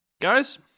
guys